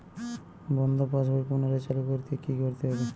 বন্ধ পাশ বই পুনরায় চালু করতে কি করতে হবে?